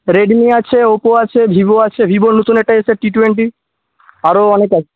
Redmi আছে Oppo আছে Vivo আছে ভিভোর নতুন কটা এসেছে টি টুয়েন্টি আরও অনেক আছে